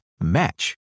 match